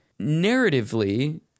narratively